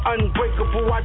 Unbreakable